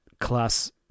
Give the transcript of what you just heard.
class